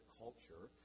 culture